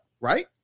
right